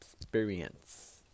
experience